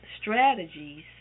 strategies